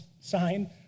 sign